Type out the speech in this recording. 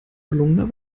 gelungener